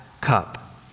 cup